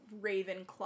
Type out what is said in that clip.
Ravenclaw